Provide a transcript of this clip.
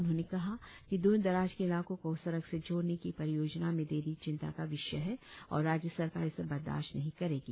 उन्होंने कहा कि दूर दराज के इलाकों को सड़क से जोड़ने की परियोजनाओ में देरी चिंता का विषय है और राज्य सरकार इसे बर्दास्त नहीं करेगी